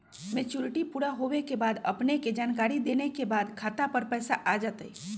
Maturity पुरा होवे के बाद अपने के जानकारी देने के बाद खाता पर पैसा आ जतई?